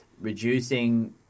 reducing